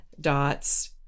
dots